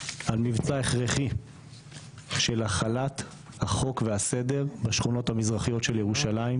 על מבצע הכרחי של החלת החוק והסדר בשכונות המזרחיות של ירושלים,